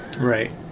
Right